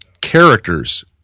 characters